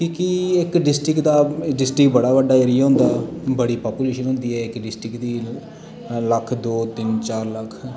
की के इक डिस्ट्रिक्ट दा डिस्ट्रिक्ट बड़ा बड्डा करिये होंदा बड़ी पॉपुलेशन होंदी ऐ इक डिस्ट्रिक्ट दी लक्ख दो तीन चार लक्ख